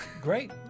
Great